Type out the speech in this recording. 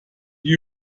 die